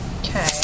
Okay